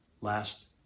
last